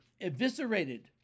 eviscerated